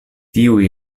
tiuj